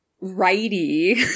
righty